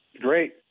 great